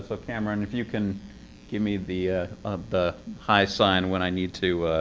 so cameron, if you can give me the the hi sign, when i need to